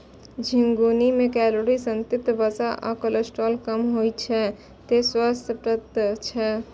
झिंगुनी मे कैलोरी, संतृप्त वसा आ कोलेस्ट्रॉल कम होइ छै, तें स्वास्थ्यप्रद छै